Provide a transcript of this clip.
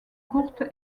courte